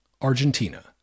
Argentina